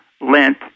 lent